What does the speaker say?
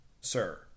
sir